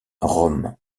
rome